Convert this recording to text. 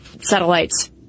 satellites